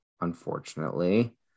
unfortunately